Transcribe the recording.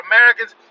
Americans